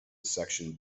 section